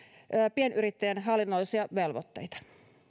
pienyrittäjän hallinnollisia velvoitteita